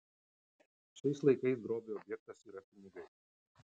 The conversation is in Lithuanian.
šiais laikais grobio objektas yra pinigai